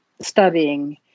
studying